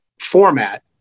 format